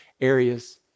areas